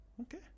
Okay